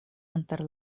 inter